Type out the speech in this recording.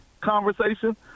conversation